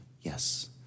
Yes